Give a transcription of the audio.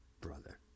brother